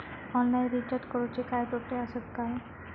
Online recharge करुचे काय तोटे आसत काय?